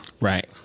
Right